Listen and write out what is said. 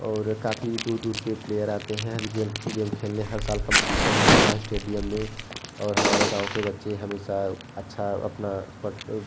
और काफ़ी दूर दूर के प्लेयर आते हैं गेम गेम खेलने हर साल कंपटीशन होता है हमारे स्टेडियम में और हमारे गाँव के बच्चे हमेशा अच्छा अपना